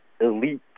elite